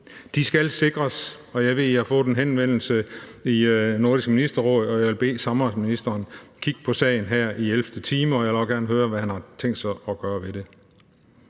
Det skal sikres. Og jeg ved, at I har fået en henvendelse i Nordisk Ministerråd, og jeg vil bede samarbejdsministeren kigge på sagen her i elvte time, og jeg vil også gerne høre, hvad han har tænkt sig at gøre ved det.